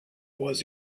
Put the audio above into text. was